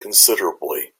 considerably